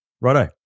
Righto